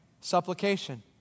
supplication